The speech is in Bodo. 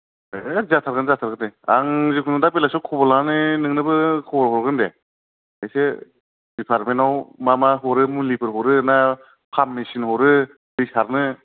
होद जाथारगोन जाथारगोन दे आं जिखुनु दा बेलासियाव खबर लानानै दा नोंनोबो खबर हरगोन दे एसे दिपार्तमेन्ताव मा मा हरो मुलैसो हरो ना पाम्प मेचिन हरो दै सारनो